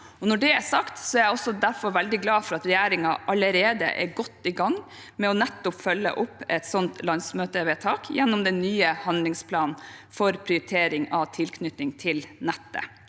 Når det er sagt, er jeg derfor veldig glad for at regjeringen allerede er godt i gang med nettopp å følge opp det samme som vi vedtok på landsmøtet, gjennom den nye handlingsplanen for prioritering av tilknytning til nettet.